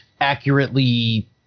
accurately